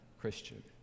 Christian